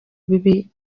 bibi